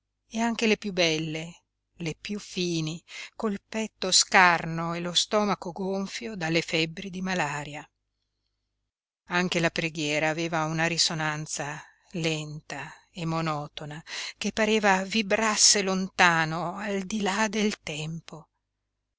e anche le piú belle le piú fini col petto scarno e lo stomaco gonfio dalle febbri di malaria anche la preghiera aveva una risonanza lenta e monotona che pareva vibrasse lontano al di là del tempo